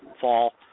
fall